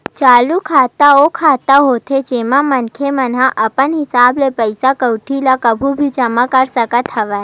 चालू खाता ओ खाता होथे जेमा मनखे मन ह अपन हिसाब ले पइसा कउड़ी ल कभू भी जमा कर सकत हवय